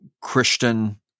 Christian